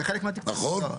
נכון?